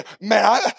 man